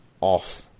off